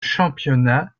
championnat